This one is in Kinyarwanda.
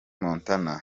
montana